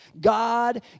God